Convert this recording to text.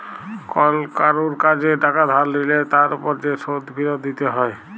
call কারুর কাজে টাকা ধার লিলে তার উপর যে শোধ ফিরত দিতে হ্যয়